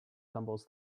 tumbles